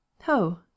Ho